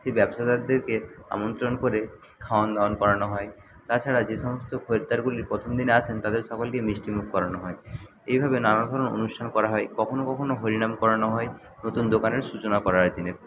সেই ব্যবসাদারদেরকে আমন্ত্রণ করে খাওন দাওন করানো হয় তাছাড়া যে সমস্ত খরিদ্দারগুলি প্রথম দিন আসেন তাদের সকলকে মিষ্টিমুখ করানো হয় এইভাবে নানা ধরনের অনুষ্ঠান করা হয় কখনও কখনও হরিনাম করানো হয় নতুন দোকানের সূচনা করার দিনে